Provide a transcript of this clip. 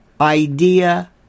idea